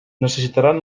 necessitaran